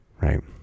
right